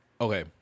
Okay